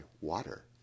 water